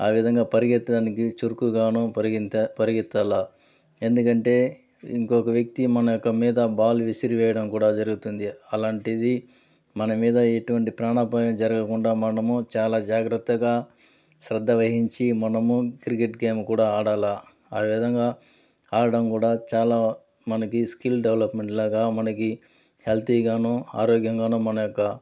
ఆ విధంగా పరిగెత్తడానికి చురుకుగాను పరిగెంత పరిగెత్తలా ఎందుకంటే ఇంకొక వ్యక్తి మన యొక్క మీద బాలు విసిరి వేయడం కూడా జరుగుతుంది అలాంటిది మన మీద ఎటువంటి ప్రాణాపాయం జరగకుండా మనము చాలా జాగ్రత్తగా శ్రద్ధ వహించి మనము క్రికెట్ గేమ్ కూడా ఆడాలా ఆ విధంగా ఆడటం కూడా చాలా మనకి స్కిల్ డెవలప్మెంట్లాగా మనకి హెల్తీగాను ఆరోగ్యంగాను మన యొక్క